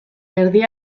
erdi